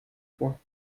points